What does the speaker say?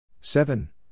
seven